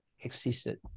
existed